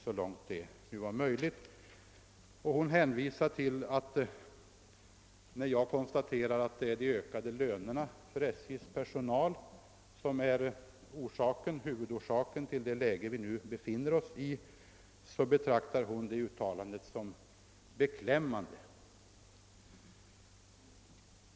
Mitt konstaterande, att det är de ökade lönerna för SJ:s personal som är huvudorsaken till det läge vi nu befinner oss i, betraktar fru Marklund som beklämmande.